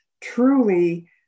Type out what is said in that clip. truly